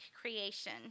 creation